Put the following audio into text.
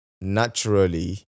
naturally